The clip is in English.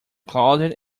closet